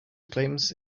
claims